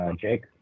Jake